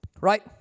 Right